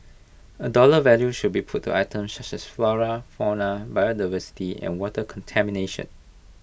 A dollar value should be put to items such as flora fauna biodiversity and water contamination